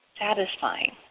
satisfying